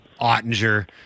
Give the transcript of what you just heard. Ottinger